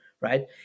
right